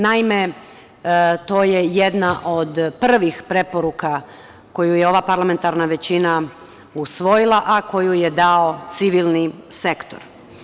Naime, to je jedna od prvih preporuka koju je ova parlamentarna većina usvojila, a koju je dao civilni sektor.